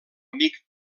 amic